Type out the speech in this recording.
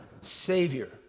Savior